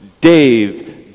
Dave